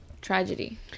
tragedy